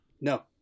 No